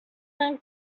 tan